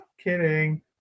kidding